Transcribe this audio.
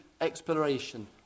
exploration